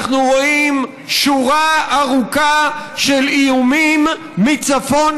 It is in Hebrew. אנחנו רואים שורה ארוכה של איומים מצפון